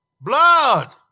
blood